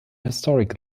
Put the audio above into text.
historic